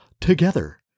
Together